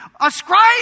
Ascribe